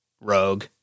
Rogue